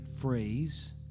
phrase